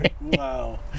Wow